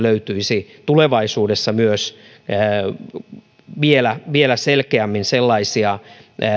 löytyisi tulevaisuudessa myös vielä vielä selkeämmin sellaisia